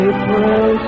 April